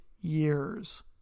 years